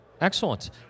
Excellent